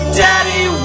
daddy